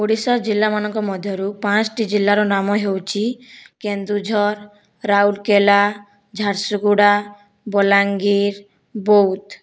ଓଡ଼ିଶା ଜିଲ୍ଲାମାନଙ୍କ ମଧ୍ୟରୁ ପାଞ୍ଚ୍ଟି ଜିଲ୍ଲାର ନାମ ହେଉଛି କେନ୍ଦୁଝର ରାଉରକେଲା ଝାରସୁଗୁଡ଼ା ବଲାଙ୍ଗୀର ବୌଦ୍ଧ